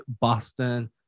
Boston